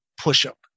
push-up